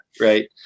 right